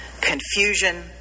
confusion